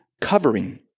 covering